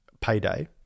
payday